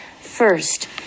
First